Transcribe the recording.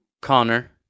Connor